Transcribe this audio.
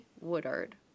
Woodard